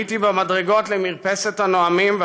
עליתי במדרגות למרפסת הנואמים,